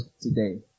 today